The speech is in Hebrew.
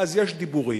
אז יש דיבורים,